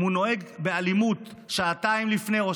אם הוא נוהג באלימות שעתיים לפני המשחק